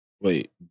Wait